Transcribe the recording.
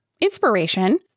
inspiration